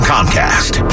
Comcast